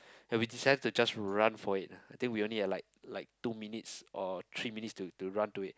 and we decided to just run for it lah I think we only had like like two minutes or three minutes to to run to it